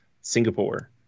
Singapore